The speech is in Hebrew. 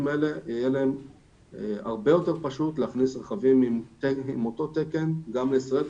האלה יהיה הרבה יותר פשוט להכניס רכבים עם אותו תקן גם לישראל,